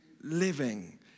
living